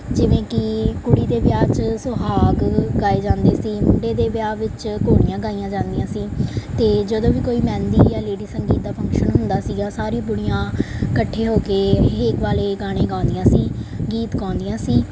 ਜਿਵੇਂ ਕਿ ਕੁੜੀ ਦੇ ਵਿਆਹ 'ਚ ਸੁਹਾਗ ਗਾਏ ਜਾਂਦੇ ਸੀ ਮੁੰਡੇ ਦੇ ਵਿਆਹ ਵਿਚ ਘੋੜੀਆਂ ਗਾਈਆ ਜਾਂਦੀਆਂ ਸੀ ਅਤੇ ਜਦੋਂ ਵੀ ਕੋਈ ਮਹਿੰਦੀ ਜਾਂ ਲੈਡੀ ਸੰਗੀਤ ਦਾ ਫੰਕਸ਼ਨ ਹੁੰਦਾ ਸੀਗਾ ਸਾਰੀ ਬੁੱਢੀਆਂ ਇਕੱਠੇ ਹੋ ਕੇ ਹੇਕ ਵਾਲੇ ਗਾਣੇ ਗਾਉਂਦੀਆਂ ਸੀ ਗੀਤ ਗਾਉਂਦੀਆਂ ਸੀ